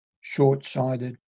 short-sighted